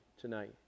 tonight